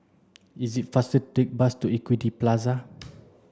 it's faster take the bus to Equity Plaza